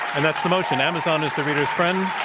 and that's the motion, amazon is the reader's friend.